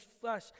flesh